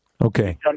Okay